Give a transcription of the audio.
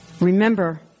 Remember